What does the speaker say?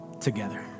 together